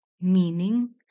Meaning